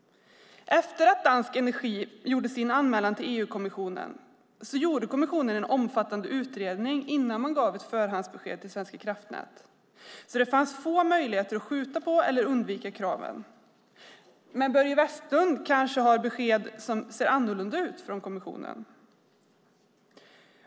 Efter att Dansk Energi gjorde sin anmälan till EU-kommissionen gjorde kommissionen en omfattande utredning innan man gav ett förhandsbesked till Svenska kraftnät, så det fanns få möjligheter att skjuta på eller undvika kraven. Börje Vestlund kanske har några andra besked från kommissionen.